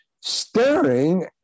staring